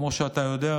כמו שאתה יודע,